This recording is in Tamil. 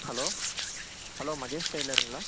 hello hello Mahesh டெய்லருங்களா